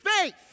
faith